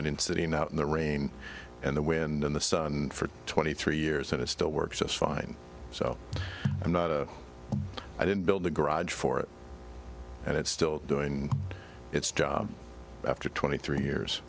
been sitting out in the rain and the wind in the sun for twenty three years and it still works just fine so i'm not a i didn't build the garage for it and it's still doing its job after twenty three years